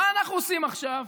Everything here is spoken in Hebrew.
מה אנחנו עושים עכשיו?